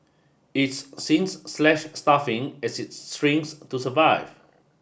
it's since slashed staffing as it shrinks to survive